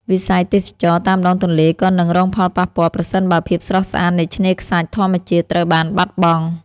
វិស័យទេសចរណ៍តាមដងទន្លេក៏នឹងរងផលប៉ះពាល់ប្រសិនបើភាពស្រស់ស្អាតនៃឆ្នេរខ្សាច់ធម្មជាតិត្រូវបានបាត់បង់។